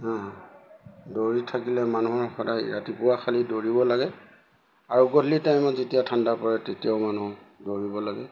দৌৰি থাকিলে মানুহৰ সদায় ৰাতিপুৱা খালী দৌৰিব লাগে আৰু গধূলি টাইমত যেতিয়া ঠাণ্ডা পৰে তেতিয়াও মানুহ দৌৰিব লাগে